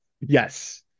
Yes